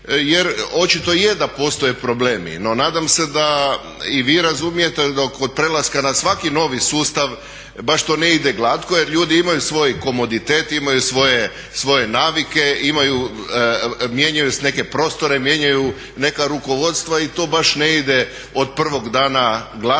jer očito je da postoje problemi, no nadam se da i vi razumijete da kod prelaska na svaki novi sustav baš to ne ide glatko jer ljudi imaju svoj komoditet, imaju svoje navike, mijenjaju neke prostore, mijenjaju neka rukovodstva i to baš ne ide od prvog dana glatko